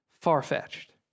far-fetched